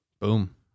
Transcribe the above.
boom